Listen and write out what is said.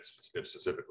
specifically